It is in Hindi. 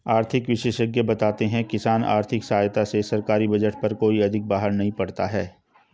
आर्थिक विशेषज्ञ बताते हैं किसान आर्थिक सहायता से सरकारी बजट पर कोई अधिक बाहर नहीं पड़ता है